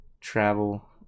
travel